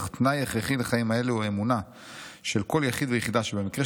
אך תנאי הכרחי לחיים האלו הוא אמונה של כל יחיד ויחידה שבמקרה